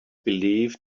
believed